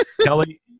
Kelly